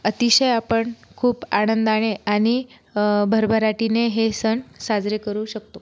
अतिशय आपण खूप आनंदाने आणि भरभराटीने हे सण साजरे करू शकतो